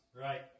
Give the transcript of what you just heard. Right